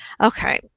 Okay